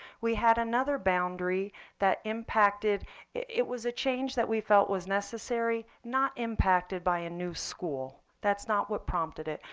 we had another boundary that impacted it was a change that we felt was necessary, not impacted by a new school. that's not what prompted it.